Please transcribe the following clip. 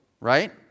right